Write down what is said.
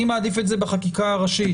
אני מעדיף את זה בחקיקה הראשית.